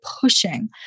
pushing